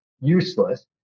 useless